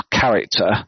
character